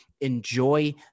enjoy